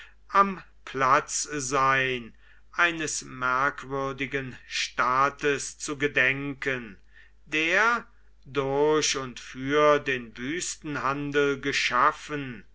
am platz sein eines merkwürdigen staates zu gedenken der durch und für den wüstenhandel geschaffen